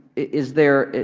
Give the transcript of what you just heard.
is there